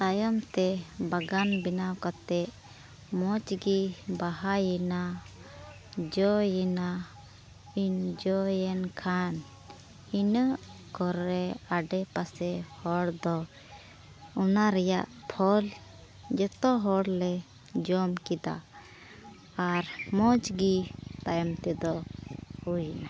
ᱛᱟᱭᱚᱢ ᱛᱮ ᱵᱟᱜᱟᱱ ᱵᱮᱱᱟᱣ ᱠᱟᱛᱮᱫ ᱢᱚᱡᱽ ᱜᱮ ᱵᱟᱦᱟᱭᱮᱱᱟ ᱡᱚᱭᱮᱱᱟ ᱤᱱ ᱡᱚᱭᱮᱱ ᱠᱷᱟᱱ ᱤᱱᱟᱹ ᱠᱚᱨᱮᱫ ᱟᱲᱮ ᱯᱟᱥᱮ ᱦᱚᱲ ᱫᱚ ᱚᱱᱟ ᱨᱮᱭᱟᱜ ᱯᱷᱚᱞ ᱡᱚᱛᱚ ᱦᱚᱲᱞᱮ ᱡᱚᱢ ᱠᱮᱫᱟ ᱟᱨ ᱢᱚᱡᱽ ᱜᱮ ᱛᱟᱭᱚᱢ ᱛᱮᱫᱚ ᱦᱩᱭᱮᱱᱟ